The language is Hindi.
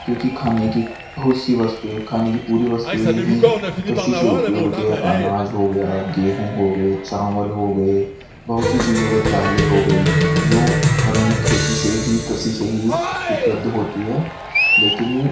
क्योंकि खाने की बहुत सी वस्तुएं खाने कि पूरी वस्तुएं ही कृषि से उपयोग होती है अनाज हो गया गेहूं हो गए चावल हो गए बहुत सी चीज़ों के दाले हो गई जो हमें खेती से ही कृषि से ही उपलब्ध होती है लेकिन